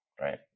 right